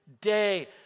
day